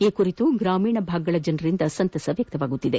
ಈ ಕುರಿತು ಗ್ರಾಮೀಣ ಭಾಗಗಳ ಜನರಿಂದ ಸಂತಸ ವ್ಯಕ್ತವಾಗುತ್ತಿದೆ